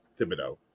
Thibodeau